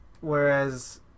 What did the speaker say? Whereas